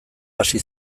hasi